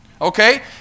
Okay